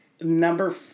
Number